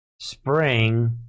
spring